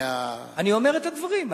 אני אומר את הדברים.